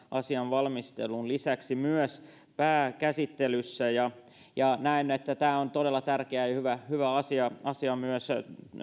asian valmisteluun lisäksi myös pääkäsittelyssä näen että tämä on todella tärkeä ja hyvä asia asia